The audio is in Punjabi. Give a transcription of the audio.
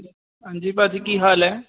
ਹਾਂਜੀ ਭਾਅ ਜੀ ਕੀ ਹਾਲ ਹੈ